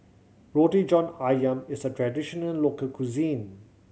Roti John Ayam is a traditional local cuisine